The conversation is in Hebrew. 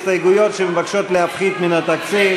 הסתייגויות שמבקשות להפחית מן התקציב.